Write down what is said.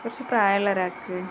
കുറച്ചു പ്രായമുള്ള ഒരാള്ക്ക്